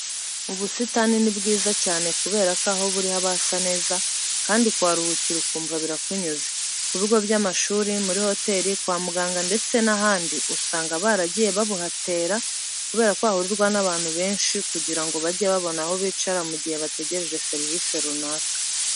Ubusitani ni bwiza cyane kubera ko aho buri haba hasa neza kandi kuharuhukira ukumva birakunyuze. Ku bigo by'amashuri, muri hoteri, kwa muganga ndetse n'ahandi usanga baragiye babuhatera kubera ko hahurirwa n'abantu benshi kugira ngo bajye babona aho bicara mu gihe bategereje serivise runaka.